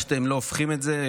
איך שאתם לא הופכים את זה,